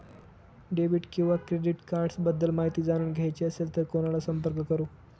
Debit किंवा credit cards बद्दल माहिती जाणून घ्यायची असेल तर कोणाला संपर्क करु?